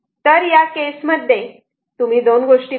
तर या केस मध्ये देखील तुम्ही दोन गोष्टी पाहत आहात